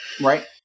Right